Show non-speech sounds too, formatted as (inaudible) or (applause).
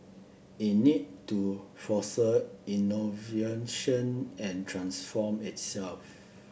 it need to (unintelligible) innovation and transform itself